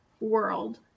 world